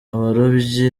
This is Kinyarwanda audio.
abarobyi